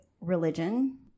religion